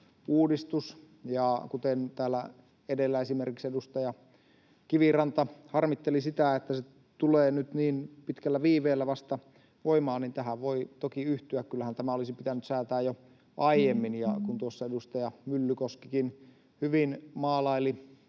uudistus. Kuten täällä edellä esimerkiksi edustaja Kiviranta harmitteli sitä, että se tulee nyt niin pitkällä viiveellä vasta voimaan, niin tähän voi toki yhtyä. Kyllähän tämä olisi pitänyt säätää jo aiemmin. Kun tuossa edustaja Myllykoskikin hyvin maalaili